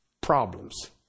problems